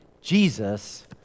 Jesus